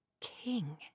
King